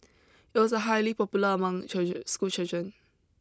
it was a highly popular among children school children